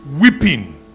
Weeping